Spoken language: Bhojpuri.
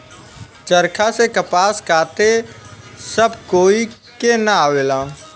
चरखा से कपास काते सब कोई के ना आवेला